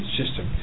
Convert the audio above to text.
system